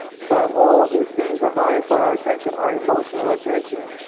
so all of these things are vying for our attention, our emotional attention.